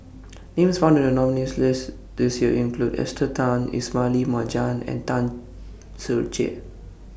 Names found in The nominees' list This Year include Esther Tan Ismail Marjan and Tan Ser Cher